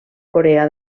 corea